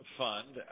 fund